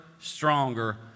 stronger